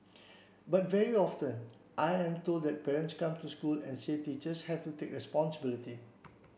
but very often I am told that parents come to school and say teachers have to take responsibility